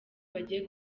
bagiye